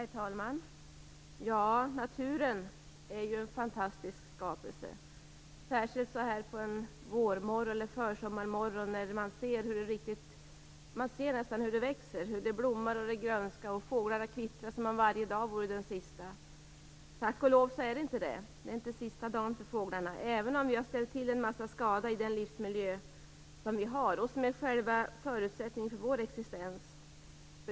Herr talman! Naturen är en fantastisk skapelse. Särskilt märker man det så här en försommarmorgon när man nästan kan se hur det växer, blommar och grönskar. Fåglarna kvittrar som om varje dag vore den sista. Tack och lov så är det inte det. Det är inte sista dagen för fåglarna, även om vi har ställt till med en massa skada i vår livsmiljö, som är själva förutsättningen för vår existens.